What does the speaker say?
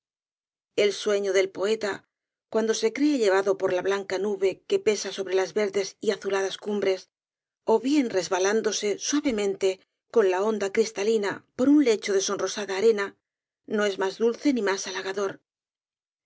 el sueño del poeta cuando se cree llevado por la blanca nube que pesa sobre las verdes y azuladas cumbres ó bien resbalándose suavemente con la onda cristalina por un lecho de sonrosada arena no es más dulce ni más halagador